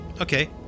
okay